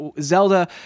Zelda